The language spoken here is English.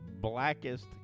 Blackest